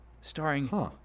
starring